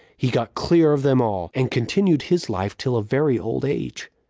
he got clear of them all, and continued his life till a very old age.